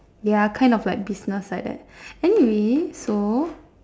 ya kind of like business like that anyway so